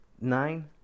nine